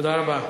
תודה רבה.